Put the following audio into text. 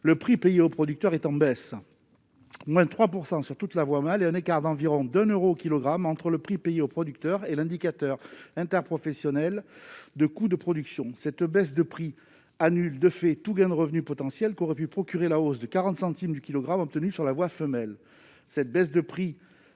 le prix payé au producteur est en baisse :-3 % sur toute la voie mâle, et un écart d'environ 1 euro au kilogramme entre le prix payé au producteur et l'indicateur interprofessionnel de coûts de production. Cette baisse de prix annule tout le gain de revenu potentiel qu'aurait pu procurer la hausse de 40 centimes du kilogramme obtenue sur la voie femelle, entraînant de fait un